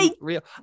real